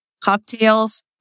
cocktails